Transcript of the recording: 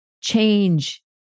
change